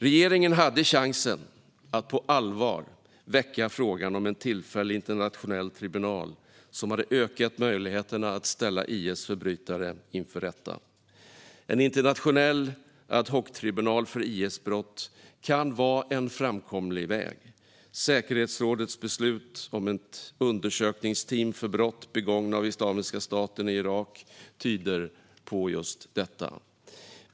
Regeringen hade chansen att på allvar väcka frågan om en tillfällig internationell tribunal, som hade ökat möjligheterna att ställa IS förbrytare inför rätta. En internationell ad hoc-tribunal för IS-brott kan vara en framkomlig väg. Säkerhetsrådets beslut om ett undersökningsteam för brott begångna av Islamiska staten i Irak tyder på just detta.